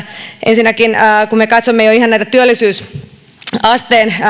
ensinnäkin kun me katsomme jo ihan näitä työllisyysasteen